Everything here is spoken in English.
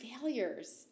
failures